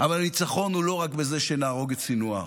אבל הניצחון הוא לא רק בזה שנהרוג את סנוואר,